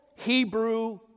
Hebrew